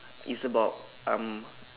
it's about um